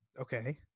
Okay